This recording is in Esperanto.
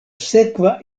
sekva